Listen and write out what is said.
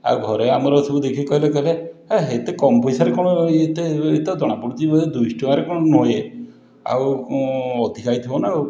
ଆଉ ଘରେ ଆମର ସବୁ ଦେଖିକି କହିଲେ ତୁମେ ହେ ଏତେ କମ ପଇସାରେ କ'ଣ ଏତେ ଏତ ଜଣାପଡ଼ୁଛି ଦୁଇଶହ ଟଙ୍କାରେ କ'ଣ ନୁହେଁ ଇଏ ଆଉଅଧିକା ହେଇଥିବ ନା ଆଉ